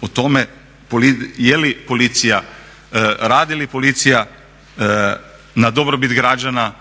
o tome je li policija, radi li policija na dobrobit građana